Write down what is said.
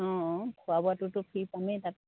অঁ অঁ খোৱা বোৱাটোতো ফ্ৰী পামেই তাত